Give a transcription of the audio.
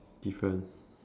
different